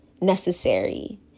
necessary